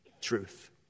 truth